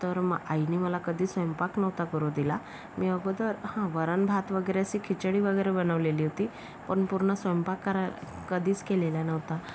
तर मग आईने मला कधी स्वयंपाक नव्हता करू दिला मी अगोदर हं वरण भात वगैरे अशी खिचडी वगैरे बनवलेली होती पण पूर्ण स्वयंपाक कराय कधीच केलेला नव्हता